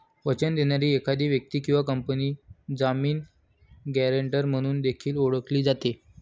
वचन देणारी एखादी व्यक्ती किंवा कंपनी जामीन, गॅरेंटर म्हणून देखील ओळखली जाते